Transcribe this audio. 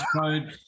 code